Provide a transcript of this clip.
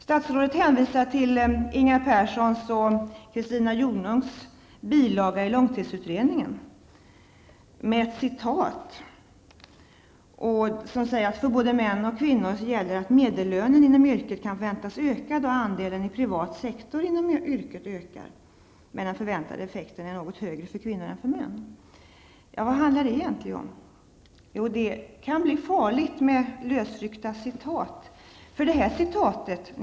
Statsrådet citerar följande ur Inga Perssons och Christina Jonungs bilaga till långtidsutredningen: ''För både män och kvinnor gäller att medellönen inom yrket kan väntas öka då andelen i privat sektor inom yrket ökar, men den förväntade effekten är något högre för kvinnor än för män.'' Vad handlar det egentligen om? Lösryckta citat kan vara farliga.